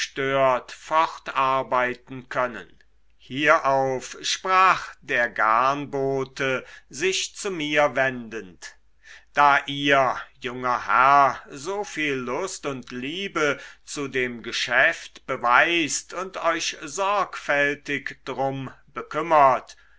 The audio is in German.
fortarbeiten können hierauf sprach der garnbote sich zu mir wendend da ihr junger herr so viel lust und liebe zu dem geschäft beweist und euch sorgfältig drum bekümmert